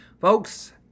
Folks